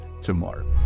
tomorrow